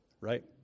right